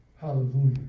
Hallelujah